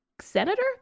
senator